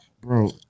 bro